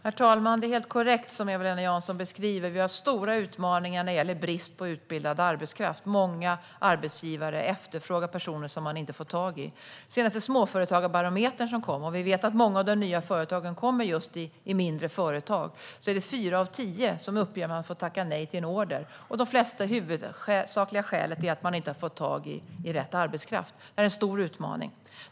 Herr talman! Det är helt korrekt som Eva-Lena Jansson beskriver; vi har stora utmaningar när det gäller brist på utbildad arbetskraft. Många arbetsgivare efterfrågar personal de inte får tag i. I den senaste Småföretagarbarometern - vi vet att många av de nya jobben kommer just i mindre företag - uppger fyra av tio att de har fått tacka nej till en order. Det huvudsakliga skälet är att de inte har fått tag i rätt arbetskraft. Detta är en stor utmaning.